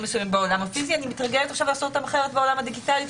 מסוימים בעולם הפיזי ועכשיו הוא מתרגל לעשות אותם בעולם הדיגיטלי,